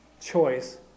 choice